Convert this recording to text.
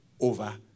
over